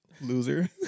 Loser